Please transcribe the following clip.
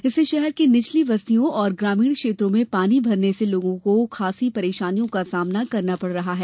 इससे शहर की निचली बस्तियों और ग्रामीण क्षेत्रों में पानी भरने से लोगों को खासी परेशानी का सामना करना पड़ रहा है